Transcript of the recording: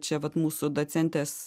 čia vat mūsų docentės